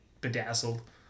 bedazzled